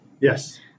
yes